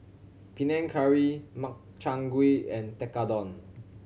Panang Curry Makchang Gui and Tekkadon